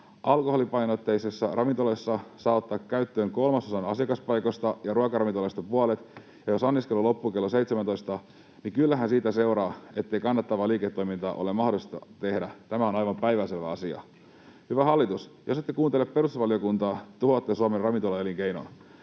alkoholipainotteisissa ravintoloissa saa ottaa käyttöön kolmasosan asiakaspaikoista ja ruokaravintoloissa puolet, ja jos anniskelu loppuu kello 17, niin kyllähän siitä seuraa, ettei kannattavaa liiketoimintaa ole mahdollista tehdä. Tämä on aivan päivänselvä asia. Hyvä hallitus, jos ette kuuntele perustusvaliokuntaa, tuhoatte Suomen ravintolaelinkeinon.